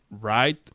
Right